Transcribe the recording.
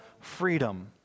freedom